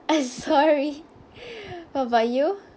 sorry what about you